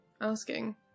asking